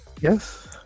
Yes